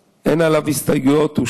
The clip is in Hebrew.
אין הסתייגויות להצעת החוק הזאת.